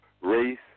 race